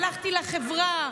הלכתי לחברה,